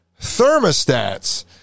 thermostats